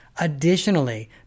Additionally